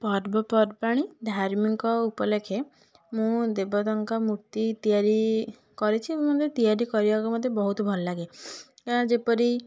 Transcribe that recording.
ପର୍ବପର୍ବାଣୀ ଧାର୍ମିକ ଉପଲକ୍ଷେ ମୁଁ ଦେବତାଙ୍କ ମୁର୍ତ୍ତି ତିଆରି କରିଛି ମୁଁ ବି ତିଆରି କରିବାକୁ ମୋତେ ବହୁତ ଭଲଲାଗେ କାରଣ ଯେପରି